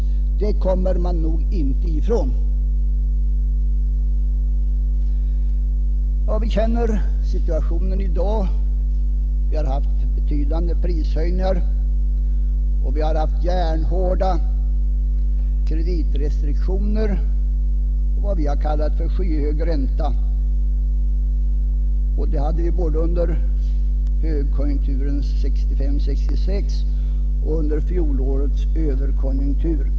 Vi känner alla resultatet: stora prishöjningar, järnhårda kreditrestriktioner och skyhög ränta både under högkonjunkturen 1965—1966 och under fjolårets ”överkonjunktur”.